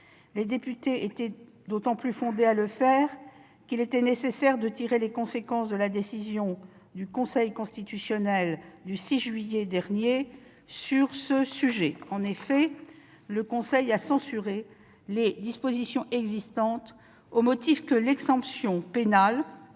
Les députés étaient d'autant plus fondés à le faire qu'il était nécessaire de tirer les conséquences de la décision du Conseil constitutionnel du 6 juillet dernier. En effet, le Conseil constitutionnel a censuré les dispositions existantes, au motif que l'exemption pénale